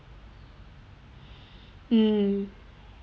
mm